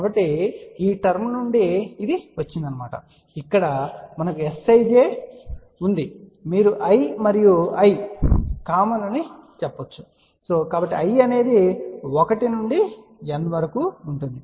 కాబట్టి ఈ టర్మ్ నుండి వచ్చింది మరియు ఇక్కడ మనకు Sij ఉన్నది మీరు i మరియు i కామన్ అని చెప్పగలను కాబట్టి i అనేది 1 నుండి N వరకు ఉంటుంది